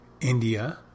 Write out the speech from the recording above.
India